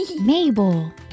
Mabel